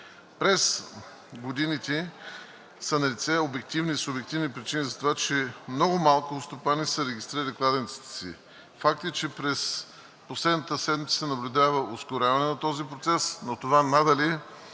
През годините са налице обективни и субективни причини за това, че много малко стопани са регистрирали кладенците си. Факт е, че през последната седмица се наблюдава ускоряване на този процес, но това надали